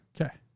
Okay